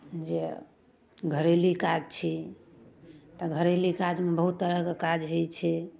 जे घरेली काज छी तऽ घरेली काजमे बहुत तरहके काज होइ छै